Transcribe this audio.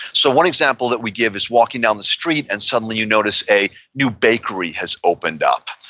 so one example that we give is walking down the street, and suddenly you notice a new bakery has opened up,